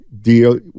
deal